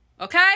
Okay